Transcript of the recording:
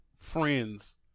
Friends